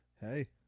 Hey